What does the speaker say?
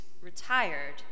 retired